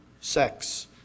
sex